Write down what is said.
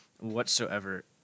whatsoever